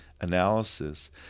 analysis